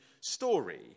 story